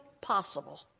possible